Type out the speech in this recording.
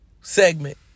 segment